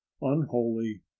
unholy